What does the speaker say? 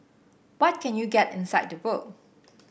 what can you get inside the book